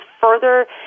further